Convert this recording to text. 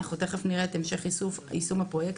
נראה את המשך יישום הפרויקטים.